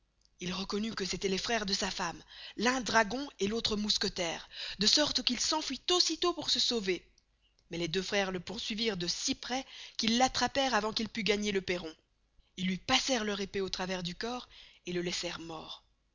il reconnut que c'étoit les freres de sa femme l'un dragon et l'autre mousquetaire de sorte qu'il s'enfuit aussi tost pour se sauver mais les deux freres le poursuivirent de si prés qu'ils l'attraperent avant qu'il pust gagner le perron ils luy passerent leur épée au travers du corps et le laisserent mort